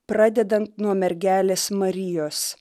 pradedant nuo mergelės marijos